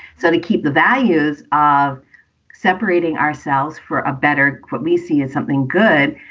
so to keep the values of separating ourselves for a better, what we see is something good,